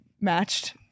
matched